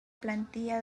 plantilla